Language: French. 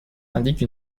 indique